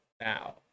now